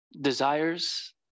desires